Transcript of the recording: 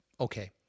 okay